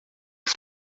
his